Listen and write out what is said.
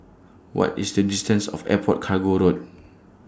What IS The distance to Airport Cargo Road